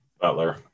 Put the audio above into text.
Butler